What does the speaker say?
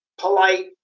polite